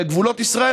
לגבולות ישראל,